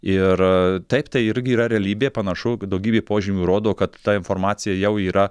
ir taip tai irgi yra realybė panašu daugybė požymių rodo kad ta informacija jau yra